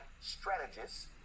strategists